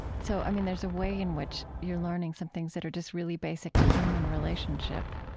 so, i mean, there's a way in which you're learning some things that are just really basic to human relationship,